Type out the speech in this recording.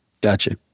Gotcha